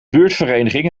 buurtvereniging